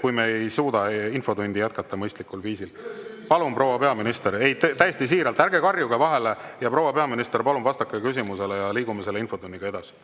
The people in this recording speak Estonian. kui me ei suuda infotundi jätkata mõistlikul viisil. Palun, proua peaminister! (Hõiked saalist.) Täiesti siiralt, ärge karjuge vahele! Proua peaminister, palun vastake küsimusele ja liigume selle infotunniga edasi.